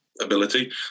ability